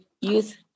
youth